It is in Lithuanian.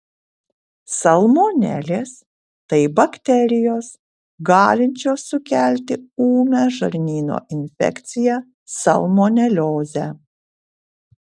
salmonelės tai bakterijos galinčios sukelti ūmią žarnyno infekciją salmoneliozę